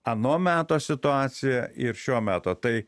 ano meto situaciją ir šio meto tai